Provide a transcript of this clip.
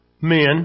men